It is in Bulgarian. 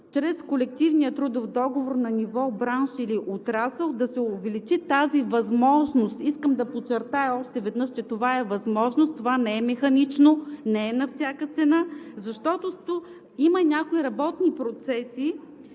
чрез колективен трудов договор на ниво бранш или отрасъл да се увеличи тази възможност? Искам да подчертая още веднъж, че това е възможност. Това не е механично, не е на всяка цена, защото има някои работни процеси,